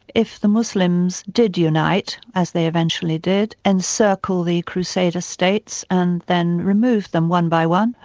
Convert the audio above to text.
if the muslims did unite, as they eventually did, encircle the crusader states and then remove them one by one,